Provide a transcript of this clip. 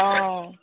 অঁ